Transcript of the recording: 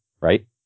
Right